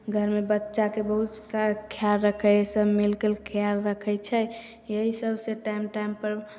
घरमे बच्चाके बहुत सारा ख्याल रक्खै अय सब मिलकर ख्याल रक्खै छै एहि सबसे टाइम टाइम पर